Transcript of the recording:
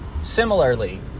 Similarly